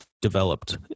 Developed